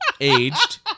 aged